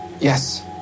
Yes